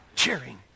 cheering